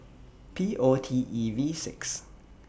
P O T E V six